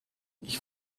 ich